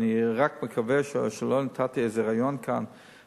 ואני רק מקווה שלא נתתי איזה רעיון כאן